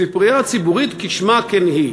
הספרייה הציבורית, כשמה כן היא.